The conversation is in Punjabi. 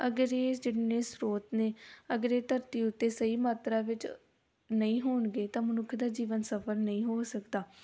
ਅਗਰ ਇਹ ਜਿੰਨੇ ਨੇ ਸਰੋਤ ਨੇ ਅਗਰ ਇਹ ਧਰਤੀ ਉੱਤੇ ਸਹੀ ਮਾਤਰਾ ਵਿੱਚ ਨਹੀਂ ਹੋਣਗੇ ਤਾਂ ਮਨੁੱਖ ਦਾ ਜੀਵਨ ਸਫ਼ਲ ਨਹੀਂ ਹੋ ਸਕਦਾ